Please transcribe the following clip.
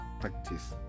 practice